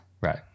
right